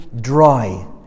dry